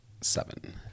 seven